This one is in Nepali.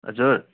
हजुर